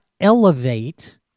elevate